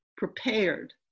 prepared